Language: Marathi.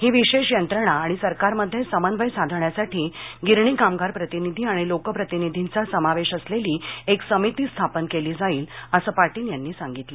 ही विशेष यंत्रणा आणि सरकारमध्ये समन्वय साधण्यासाठी गिरणी कामगार प्रतिनिधी आणि लोकप्रतिनिधींचा समावेश असलेली एक समिती स्थापन केली जाईल असं पाटील यांनी सांगितलं